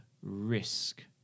risk